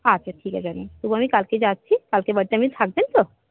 আচ্ছা ঠিক আছে তবু আমি কালকে যাচ্ছি কালকে এমনি বাড়িতে থাকবেন তো